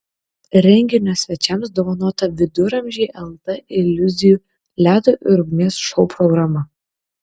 renginio svečiams dovanota viduramžiai lt iliuzijų ledo ir ugnies šou programa